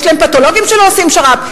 יש בהם פתולוגים שלא עושים שר"פ,